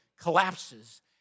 collapses